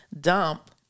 dump